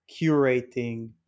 curating